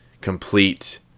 complete